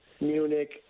munich